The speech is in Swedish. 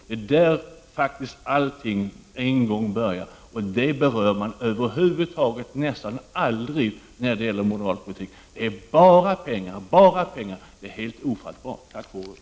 Det var utifrån dessa betingelser som allt en gång kunde börja, men detta berör moderata politiker över huvud taget nästan aldrig. Det handlar bara om pengar — detta är helt ofattbart. Tack för ordet!